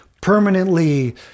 permanently